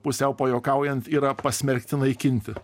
pusiau pajuokaujant yra pasmerkti naikinti